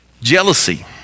Jealousy